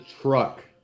truck